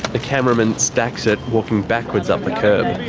a cameraman stacks it walking backwards up the curb.